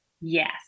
Yes